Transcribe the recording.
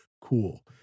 cool